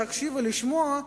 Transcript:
להקשיב ולשמוע,